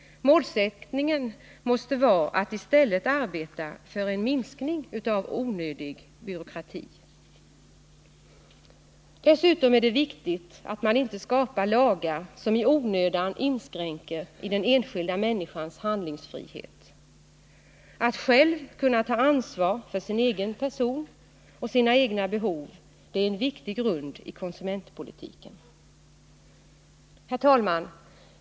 Målsättningen måste vara att i stället arbeta för en minskning av onödig byråkrati. Dessutom är det viktigt att man inte skapar lagar som i onödan inskränker den enskilda människans handlingsfrihet. Att själv kunna ta ansvar för sin egen person och sina egna behov är en viktig grund i konsumentpolitiken.